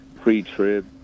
pre-trib